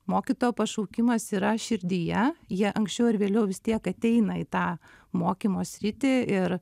mokytojo pašaukimas yra širdyje jie anksčiau ar vėliau vis tiek ateina į tą mokymo sritį ir